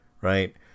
Right